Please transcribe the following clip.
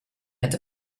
had